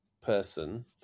person